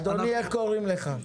אדוני, איך קוראים לך?